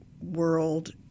world